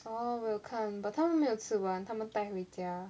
oh 我有看 but 他们没有吃完他们带回家